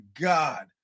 God